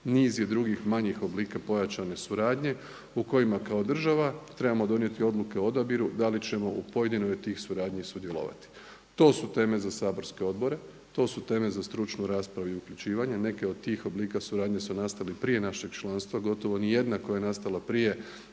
niz je drugih manjih oblika pojačane suradnje u kojima kao država trebamo donijeti odluke o odabiru da li ćemo u pojedinoj od tih suradnji sudjelovati. To su teme za saborske odbore, to su teme za stručnu raspravu i uključivanje. Neke od tih oblika suradnje su nastale i prije našeg članstva, gotovo ni jedna koja je nastala prije